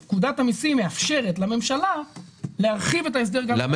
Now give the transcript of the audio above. אז פקודת המיסים מאפשרת לממשלה להרחיב את ההסדר גם ליהודה ושומרון.